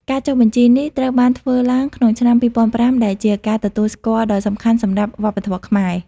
ការចុះបញ្ជីនេះត្រូវបានធ្វើឡើងក្នុងឆ្នាំ ២០០៥ ដែលជាការទទួលស្គាល់ដ៏សំខាន់សម្រាប់វប្បធម៌ខ្មែរ។